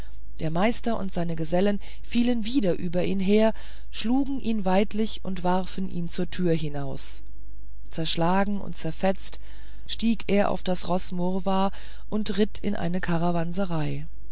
der meister und seine gesellen fielen wieder über ihn her schlugen ihn weidlich und warfen ihn zur türe hinaus zerschlagen und zerfetzt stieg er auf das roß marva und ritt in eine